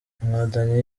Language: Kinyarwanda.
inkotanyi